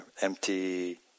empty